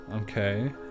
Okay